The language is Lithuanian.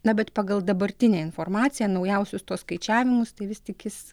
na bet pagal dabartinę informaciją naujausius tuos skaičiavimus tai vis tik jis